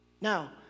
Now